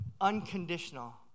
unconditional